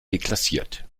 deklassiert